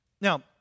Now